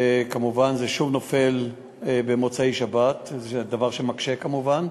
כמובן, זה שוב נופל במוצאי-שבת, דבר שמקשה, כמובן,